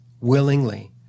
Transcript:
willingly